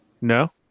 No